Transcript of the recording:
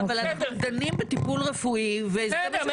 אבל אתם דנים בטיפול רפואי וזה --- בסדר,